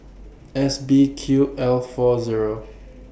S B Q L four Zero